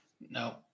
No